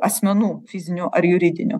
asmenų fizinių ar juridinių